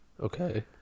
okay